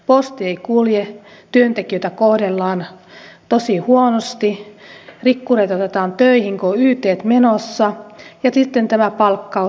posti ei kulje työntekijöitä kohdellaan tosi huonosti rikkureita otetaan töihin kun on ytt menossa ja sitten tämä palkkaus